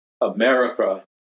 America